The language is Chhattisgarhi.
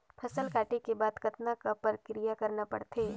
फसल काटे के बाद कतना क प्रक्रिया करना पड़थे?